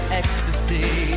ecstasy